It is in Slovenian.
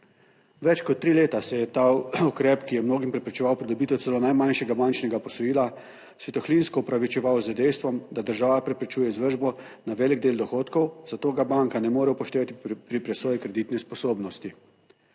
Več kot tri leta se je ta ukrep, ki je mnogim preprečeval pridobitev celo najmanjšega bančnega posojila, svetohlinsko opravičeval z dejstvom, da država preprečuje izvršbo na velik del dohodkov, zato ga banka ne more upoštevati pri presoji kreditne sposobnosti.